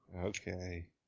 Okay